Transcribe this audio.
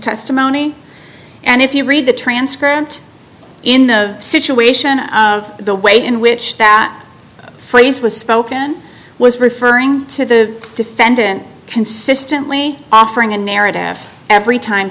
testimony and if you read the transcript in the situation the way in which that phrase was spoken was referring to the defendant consistently offering a narrative every time